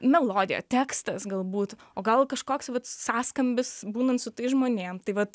melodija tekstas galbūt o gal kažkoks sąskambis būnant su tais žmonėm tai vat